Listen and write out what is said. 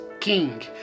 king